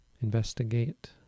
Investigate